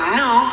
new